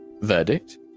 verdict